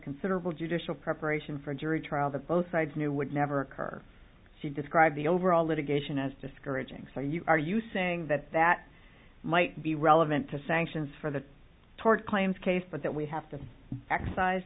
considerable judicial preparation for a jury trial that both sides knew would never occur she described the overall litigation as discouraging so you are you saying that that might be relevant to sanctions for the tort claims case but that we have to excise